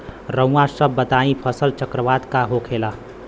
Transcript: रउआ सभ बताई फसल चक्रवात का होखेला?